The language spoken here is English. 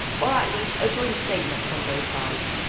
or at least, a joint statement from both sides.